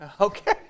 Okay